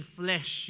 flesh